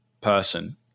person